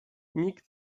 nikt